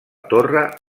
torre